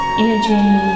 energy